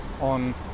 on